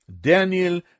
Daniel